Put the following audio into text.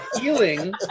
healing